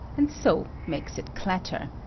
and so makes it clatter.